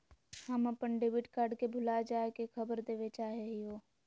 हम अप्पन debit card के भुला जाये के खबर देवे चाहे हियो